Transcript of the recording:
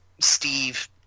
steve